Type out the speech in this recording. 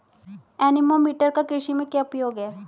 Anemometer का कृषि में क्या उपयोग है?